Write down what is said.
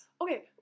Okay